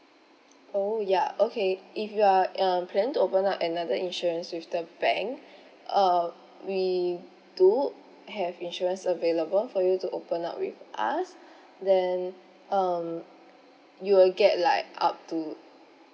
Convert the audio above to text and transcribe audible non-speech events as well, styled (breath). oh ya okay if you are um planning to open up another insurance with the bank (breath) uh we do have insurance available for you to open up with us (breath) then um you will get like up to